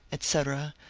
etc,